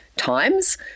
times